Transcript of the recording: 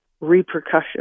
repercussions